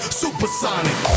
supersonic